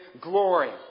glory